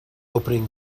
opening